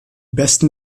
besten